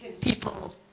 people